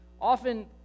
often